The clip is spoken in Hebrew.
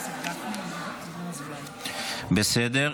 בסדר.